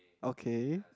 okay